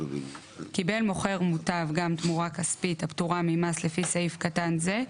קיבל מוכר מוטב גם תמורה כספית הפטורה ממס לפי סעיף קטן זה,